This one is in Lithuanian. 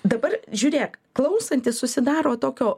dabar žiūrėk klausantis susidaro tokio